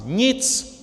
Nic.